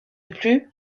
plus